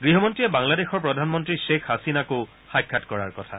গৃহমন্ত্ৰীয়ে বাংলাদেশৰ প্ৰধানমন্ত্ৰী শ্বেখ হাছিনাকো সাফাৎ কৰাৰ কথা